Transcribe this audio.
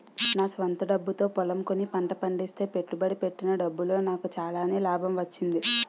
నా స్వంత డబ్బుతో పొలం కొని పంట పండిస్తే పెట్టుబడి పెట్టిన డబ్బులో నాకు చాలానే లాభం వచ్చింది